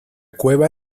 cueva